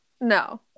No